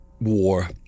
war